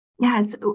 Yes